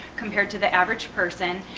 compared to the average person.